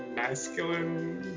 masculine